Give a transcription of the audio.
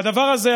והדבר הזה,